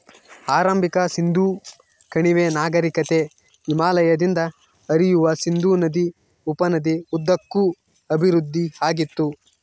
ಆರಂಭಿಕ ಸಿಂಧೂ ಕಣಿವೆ ನಾಗರಿಕತೆ ಹಿಮಾಲಯದಿಂದ ಹರಿಯುವ ಸಿಂಧೂ ನದಿ ಉಪನದಿ ಉದ್ದಕ್ಕೂ ಅಭಿವೃದ್ಧಿಆಗಿತ್ತು